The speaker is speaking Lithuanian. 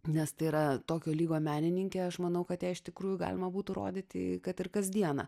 nes tai yra tokio lygio menininkė aš manau kad ją iš tikrųjų galima būtų rodyti kad ir kasdieną